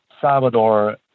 Salvador